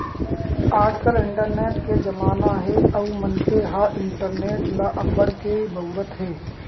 आजकाल इंटरनेट के जमाना हे अउ मनखे ह इंटरनेट ल अब्बड़ के बउरत हे